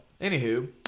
Anywho